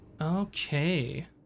Okay